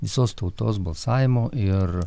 visos tautos balsavimu ir